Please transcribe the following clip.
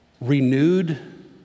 renewed